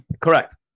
Correct